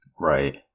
Right